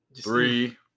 three